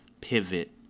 Pivot